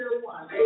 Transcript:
one